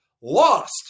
lost